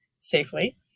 safely